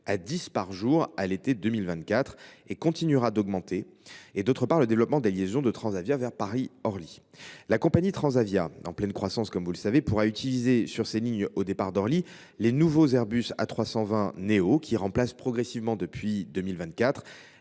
à dix par jour à l’été 2024 et continuera d’augmenter, et, d’autre part, du développement des liaisons de Transavia vers Paris Orly. La compagnie Transavia, en pleine croissance, pourra utiliser sur ses lignes au départ d’Orly les nouveaux Airbus A320neo, qui remplacent progressivement depuis 2024